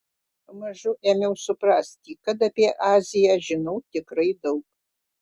pamažu ėmiau suprasti kad apie aziją žinau tikrai daug